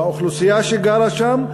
באוכלוסייה שגרה שם,